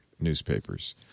newspapers